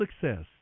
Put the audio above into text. success